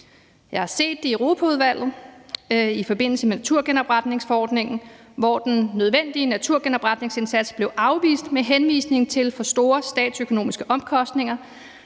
Jeg har set det i Europaudvalget i forbindelse med naturgenopretningsforordningen, hvor den nødvendige naturgenopretningsindsats blev afvist med henvisning til for store statsøkonomiske omkostninger,